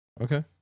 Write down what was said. Okay